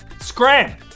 Scram